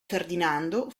ferdinando